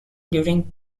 during